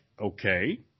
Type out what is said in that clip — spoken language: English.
okay